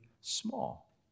small